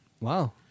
Wow